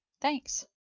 thanks